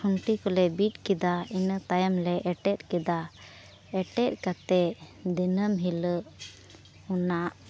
ᱠᱷᱩᱱᱴᱤ ᱠᱚᱞᱮ ᱵᱤᱫ ᱠᱮᱫᱟ ᱤᱱᱟᱹ ᱛᱟᱭᱚᱢ ᱞᱮ ᱮᱴᱮᱫ ᱠᱮᱫᱟ ᱮᱴᱮᱫ ᱠᱟᱛᱮᱫ ᱫᱤᱱᱟᱹᱢ ᱦᱤᱞᱳᱜ ᱚᱱᱟ